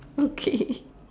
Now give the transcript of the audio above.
okay